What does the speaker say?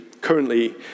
currently